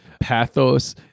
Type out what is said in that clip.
Pathos